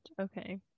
Okay